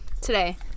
today